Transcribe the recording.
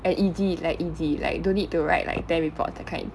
and easy like easy like don't need to write like ten reports that kind